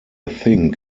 think